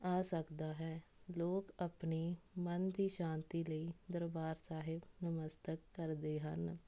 ਆ ਸਕਦਾ ਹੈ ਲੋਕ ਆਪਣੀ ਮਨ ਦੀ ਸ਼ਾਂਤੀ ਲਈ ਦਰਬਾਰ ਸਾਹਿਬ ਨਮਸਤਕ ਕਰਦੇ ਹਨ